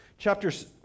chapters